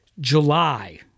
July